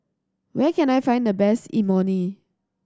where can I find the best Imoni